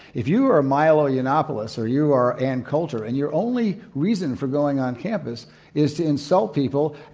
if you are ah milo yiannopoulos, or you are ann coulter, and your only reason for going on campus is to insult people,